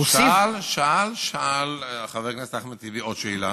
הוסיף, שאל חבר הכנסת אחמד טיבי עוד שאלה.